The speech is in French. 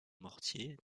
mortiers